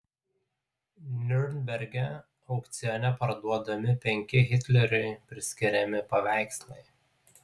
niurnberge aukcione parduodami penki hitleriui priskiriami paveikslai